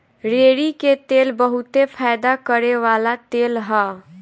रेड़ी के तेल बहुते फयदा करेवाला तेल ह